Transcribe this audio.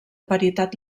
paritat